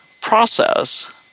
process